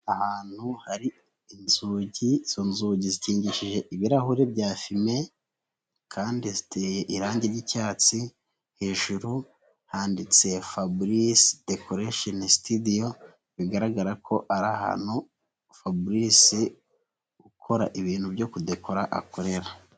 Ahantu hari inzugi izo nzugi zikingishije ibirahuri bya fime kandi ziteye irangi ry'icyatsi hejuru handitse faburise dekoresheni situdiyoo bigaragara ko ari ahantu faburise ukora ibintu byo kudekora akorera.